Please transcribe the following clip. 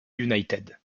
united